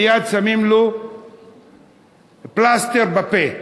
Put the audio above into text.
מייד שמים לו פלסטר על הפה.